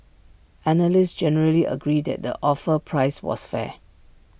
analysts generally agreed that the offer price was fair